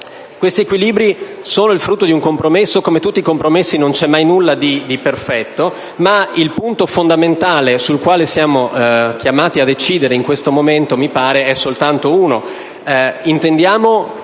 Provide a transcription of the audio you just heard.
Questi equilibri sono il frutto di un compromesso. Come tutti i compromessi, non c'è mai nulla di perfetto, ma il punto fondamentale su cui siamo chiamati a decidere in questo momento mi pare sia soltanto uno: